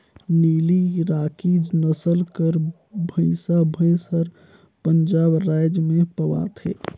नीली राकी नसल कर भंइसा भंइस हर पंजाब राएज में पवाथे